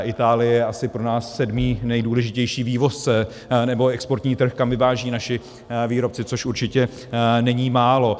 Itálie je asi pro nás sedmý nejdůležitější vývozce, nebo exportní trh, kam vyvážejí naši výrobci, což určitě není málo.